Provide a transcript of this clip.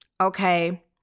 Okay